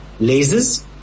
lasers